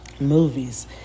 Movies